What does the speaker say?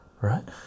right